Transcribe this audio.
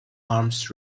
arms